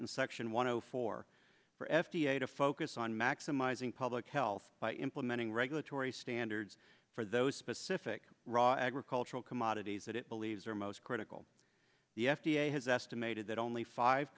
in section one hundred four for f d a to focus on maximizing public health by implementing regulatory standards for those specific raw agricultural commodities that it believes are most critical the f d a has estimated that only five